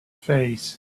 face